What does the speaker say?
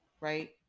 Right